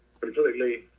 Completely